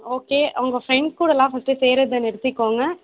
okay உங்க friends கூட எல்லாம் ஃபர்ஸ்ட்டு சேர்றதை நிறுத்திக்கோங்க